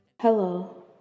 Hello